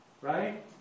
right